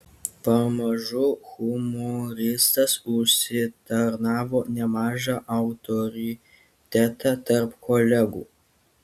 pamažu humoristas užsitarnavo nemažą autoritetą tarp kolegų